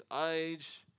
age